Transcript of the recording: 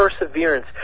perseverance